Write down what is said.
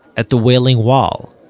at the wailing wall.